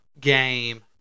game